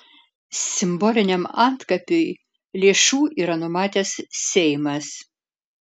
simboliniam antkapiui lėšų yra numatęs seimas